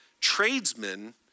tradesmen